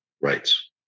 rights